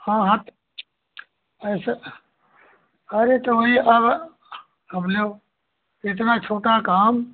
हाँ हाँ तो ऐसे अरे तो वही अब अब लो इतना छोटा काम